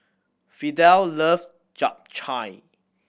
Fidel love Japchae